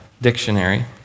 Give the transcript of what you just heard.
dictionary